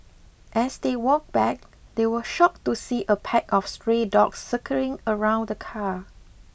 as they walked back they were shocked to see a pack of stray dogs circling around the car